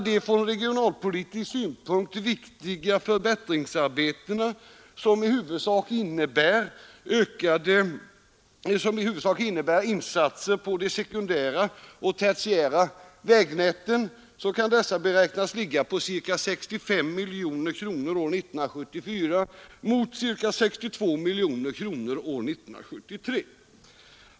De från regionalpolitisk synpunkt viktiga förbättringsarbetena, som i huvudsak innebär insatser på de sekundära och tertiära vägnäten, kan beräknas ligga på ca 65 miljoner kronor 1974 mot ca 62 miljoner kronor år 1973.